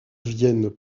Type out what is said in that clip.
viennent